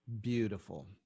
Beautiful